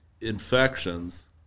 infections